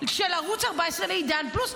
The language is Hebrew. של ערוץ 14 לעידן פלוס.